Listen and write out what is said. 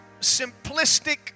simplistic